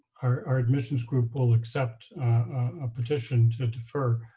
our admissions group will accept a petition to defer